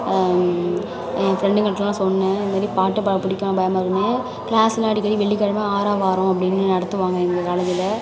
AN ஃப்ரெண்டுங்கள்ட எல்லாம் சொன்னேன் இந்தமாதிரி பாட்டு பாட பிடிக்கும் ஆனால் பயமாக இருக்குனு கிளாஸில் அடிக்கடி வெள்ளிக்கெழமை ஆராவாரம் அப்படினு நடத்துவாங்க எங்கள் காலேஜில்